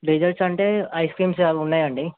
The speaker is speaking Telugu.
డిజర్ట్స్ అంటే ఐస్ క్రీమ్స్ అవి ఉన్నాయి అండి